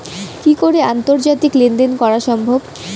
কি করে আন্তর্জাতিক লেনদেন করা সম্ভব?